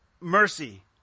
mercy